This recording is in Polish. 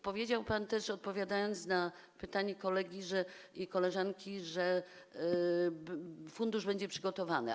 Powiedział pan też, odpowiadając na pytanie kolegi i koleżanki, że fundusz będzie przygotowany.